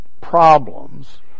problems